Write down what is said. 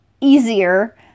easier